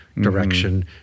direction